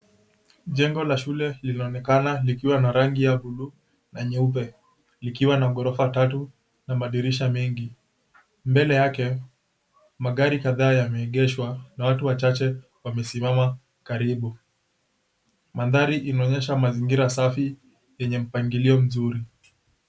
Jengo la shule linaonekana likiwa na rangi ya buluu na nyeupe likiwa na gorofa tatu na madirisha mengi mbele yake magari kadhaa yameegeshwa na watu wachache wamesimama karibu. Mandhari inaonyesha mazingira safi yenye mpangilio mzuri.